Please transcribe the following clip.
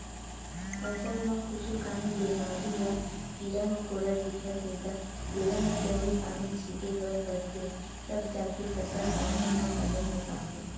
फसल म कुछु काही बेमारी या कीरा मकोरा दिखत हे त बेरा म दवई पानी छिते बर परथे तब जाके फसल पानी ह बने हो पाथे